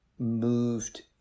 moved